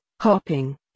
hopping